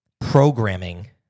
programming